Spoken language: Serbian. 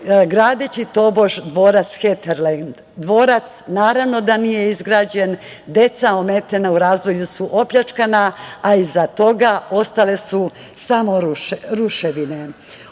gradeći, tobože, dvorac „Heterlend“. Dvorac naravno da nije izgrađen, deca ometena u razvoju su opljačkana, a iza toga ostale su samo ruševine. Ono